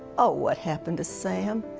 ah what happened to sam?